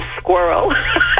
squirrel